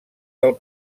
del